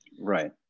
Right